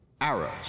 arrows